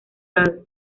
dado